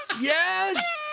Yes